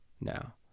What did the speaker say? now